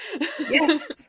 Yes